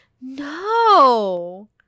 No